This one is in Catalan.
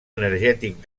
energètic